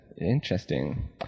Interesting